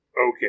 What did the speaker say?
Okay